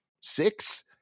six